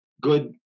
good